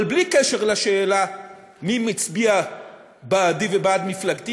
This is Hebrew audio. אבל בלי קשר לשאלה מי מצביע בעדי ובעד מפלגתי